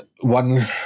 one